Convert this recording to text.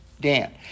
Dan